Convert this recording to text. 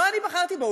שלא אני בחרתי בו,